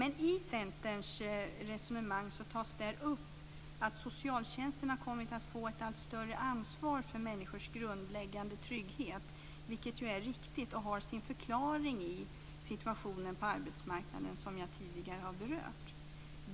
Men i Centerns resonemang tas det upp att socialtjänsten har kommit att få ett allt större ansvar för människors grundläggande trygghet, vilket är riktigt och har sin förklaring i situationen på arbetsmarknaden, som jag tidigare har berört.